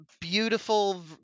beautiful